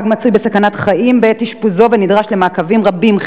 הפג מצוי בסכנת חיים בעת אשפוזו ונדרשים מעקבים רבים,